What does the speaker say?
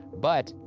but,